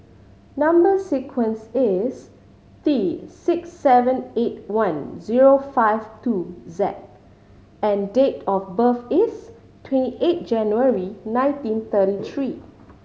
number sequence is T six seven eight one zero five two Z and date of birth is twenty eight January nineteen thirty three